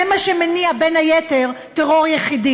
זה מה שמניע, בין היתר, טרור יחידים.